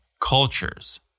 cultures